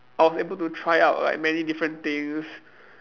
I was able to try out like many different things